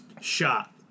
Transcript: shot